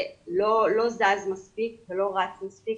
זה לא זז מספיק ולא רץ מספיק,